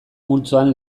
multzoan